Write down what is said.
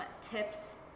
tips